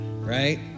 right